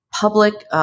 public